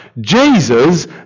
Jesus